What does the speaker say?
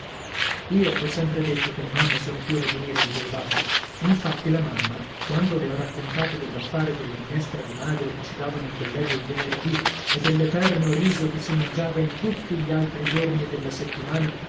io l'ho sempre detto che le mamme sono più ragionevoli dei babbi infatti la mamma quando le ho raccontato dell'affare della minestra di magro che ci davano in collegio il venerdì e dell'eterno riso che si mangiava in tutti gli altri giorni della settimana